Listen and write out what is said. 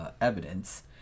evidence